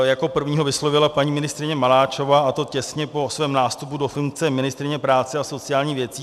Jako první ho vyslovila paní ministryně Maláčová, a to těsně po svém nástupu do funkce ministryně práce a sociálních věcí.